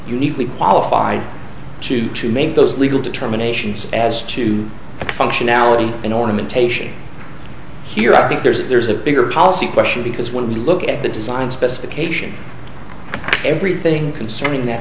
uniquely qualified to to make those legal determinations as to the functionality in ornamentation here i think there's a bigger policy question because when we look at the design specification everything concerning that